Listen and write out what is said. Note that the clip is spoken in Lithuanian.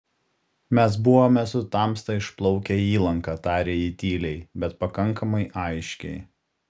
mes buvome su tamsta išplaukę į įlanką tarė ji tyliai bet pakankamai aiškiai